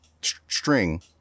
string